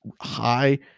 high